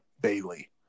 Bailey